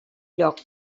lloc